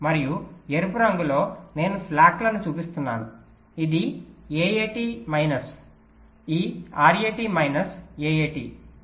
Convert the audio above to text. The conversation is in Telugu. మరియు ఎరుపు రంగులో నేను స్లాక్లను చూపిస్తున్నాను ఇది AAT మైనస్ ఈ RAT మైనస్ AAT